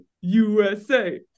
USA